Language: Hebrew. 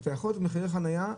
אתה לגבות מחירי חנייה,